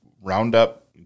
Roundup